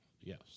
yes